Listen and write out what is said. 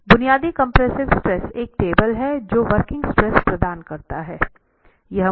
इसलिए बुनियादी compressive stress एक टेबल है जो वर्किंग स्ट्रेस प्रदान करता है